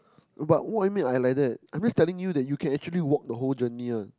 but what you mean I like that I'm just telling you that you can actually just walk the whole journey one